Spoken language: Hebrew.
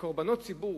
שבקורבנות ציבור,